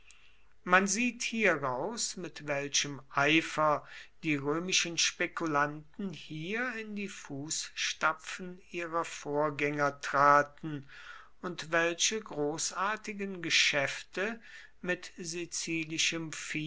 man sieht hieraus mit welchem eifer die römischen spekulanten hier in die fußstapfen ihrer vorgänger traten und welche großartigen geschäfte mit